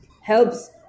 helps